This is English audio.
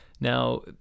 Now